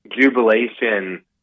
jubilation